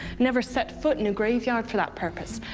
never set foot in a graveyard for that purpose.